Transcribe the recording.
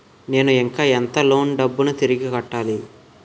నేను ఇంకా ఎంత లోన్ డబ్బును తిరిగి కట్టాలి?